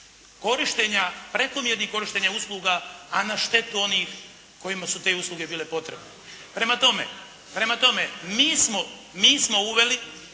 korištenja, prekomjernih korištenja usluga a na štetu onih kojima su te usluge bile potrebne. Prema tome, mi smo uveli